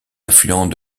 affluent